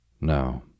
No